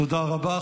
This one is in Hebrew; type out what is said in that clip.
תודה רבה.